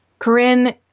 Corinne